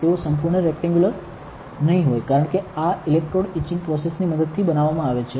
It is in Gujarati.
તેઓ સંપૂર્ણ રેક્ટેંગલ નહીં હોય કારણ કે આ ઇલેક્ટ્રોડ ઇચિંગ પ્રોસેસ ની મદદથી બનાવવામાં આવે છે